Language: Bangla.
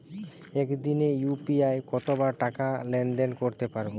একদিনে ইউ.পি.আই কতবার টাকা লেনদেন করতে পারব?